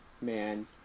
man